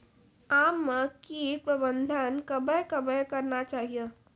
आम मे कीट प्रबंधन कबे कबे करना चाहिए?